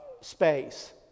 space